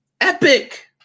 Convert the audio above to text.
Epic